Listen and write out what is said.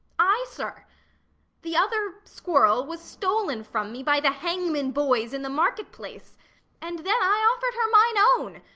ay, sir the other squirrel was stol'n from me by the hangman's boys in the market-place and then i offer'd her mine own,